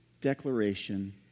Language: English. declaration